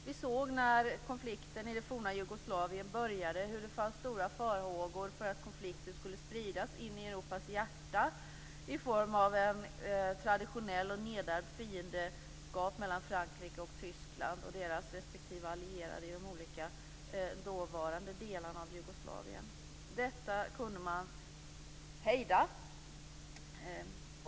Vi såg när konflikten i det forna Jugoslavien började hur det fanns stora farhågor för att den skulle spridas in i Europas hjärta i form av en traditionell och nedärvd fiendskap mellan Frankrike och Tyskland och deras respektive allierade i de olika dåvarande delarna av Jugoslavien. Detta kunde man hejda.